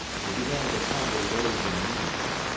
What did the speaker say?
he began to ponder ways and means.